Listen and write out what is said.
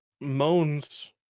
moans